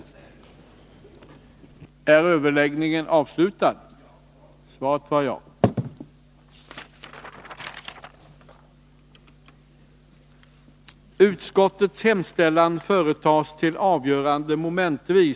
Ett trygghetspaket